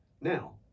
Now